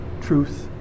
truth